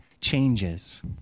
changes